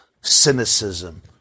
cynicism